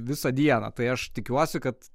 visą dieną tai aš tikiuosi kad